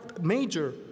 major